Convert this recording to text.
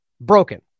Broken